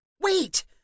Wait